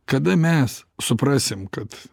kada mes suprasim kad